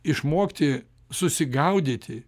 išmokti susigaudyti